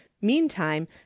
meantime